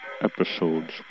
episodes